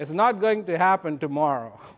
it's not going to happen tomorrow